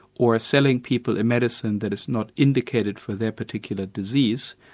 or selling people a medicine that is not indicated for their particular disease,